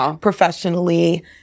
professionally